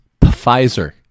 Pfizer